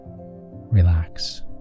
Relax